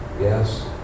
Yes